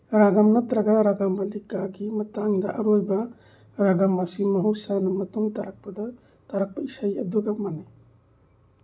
ꯔꯥꯒꯝ ꯅꯠꯇ꯭ꯔꯒ ꯔꯥꯒꯃꯂꯤꯀꯥꯒꯤ ꯃꯇꯥꯡꯗ ꯑꯔꯣꯏꯕ ꯔꯥꯒꯝ ꯑꯁꯤ ꯃꯍꯧꯁꯥꯅ ꯃꯇꯨꯡ ꯇꯥꯔꯛꯄ ꯏꯁꯩ ꯑꯗꯨꯒ ꯃꯥꯅꯩ